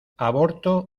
aborto